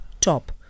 Top